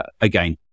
again